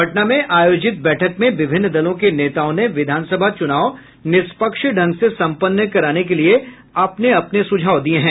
पटना में आयोजित बैठक में विभिन्न दलों के नेताओं ने विधानसभा चुनाव निष्पक्ष ढंग से सम्पन्न कराने के लिये अपने अपने सुझाव दिये हैं